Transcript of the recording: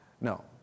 No